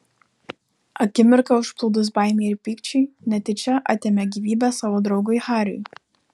akimirką užplūdus baimei ir pykčiui netyčia atėmė gyvybę savo draugui hariui